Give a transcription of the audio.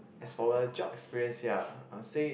as for the job experience ya I would say it